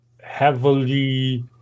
heavily